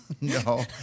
no